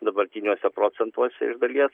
dabartiniuose procentuose iš dalies